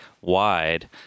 wide